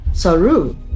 Saru